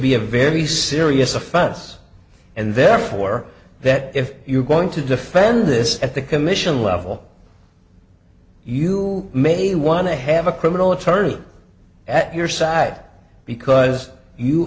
be a very serious offense and therefore that if you're going to defend this at the commission level you may want to have a criminal attorney at your side because you